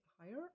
higher